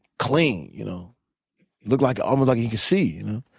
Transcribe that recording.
clean, you know he looked like almost like he could see.